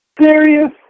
Serious